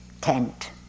tent